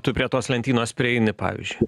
tu prie tos lentynos prieini pavyzdžiui